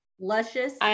luscious